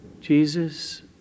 Jesus